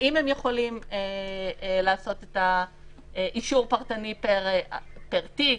האם הם יכולים לעשות את האישור פרטני פר תיק,